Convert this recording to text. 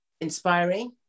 inspiring